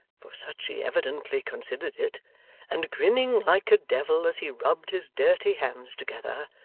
for such he evidently considered it and grinning like a devil as he rubbed his dirty hands together.